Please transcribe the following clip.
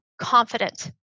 confident